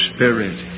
Spirit